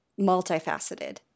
multifaceted